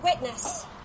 witness